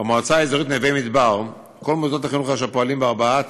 במועצה האזורית נווה-מדבר כל מוסדות החינוך אשר פועלים בארבעת